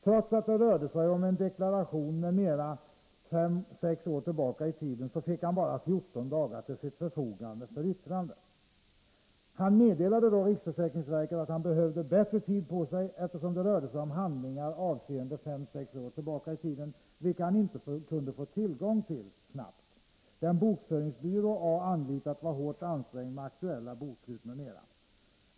Trots att det rörde sig om en deklaration fem sex år tillbaka i tiden, fick A bara 14 dagar till sitt förfogande för yttrande. Företagaren A meddelade då riksförsäkringsverket att han behövde bättre tid på sig, eftersom det rörde sig om fem sex år gamla handlingar, vilka han inte kunde få tillgång till snabbt. Den bokföringsbyrå A anlitat var hårt ansträngd med aktuella bokslut m.m.